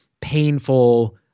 painful